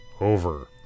over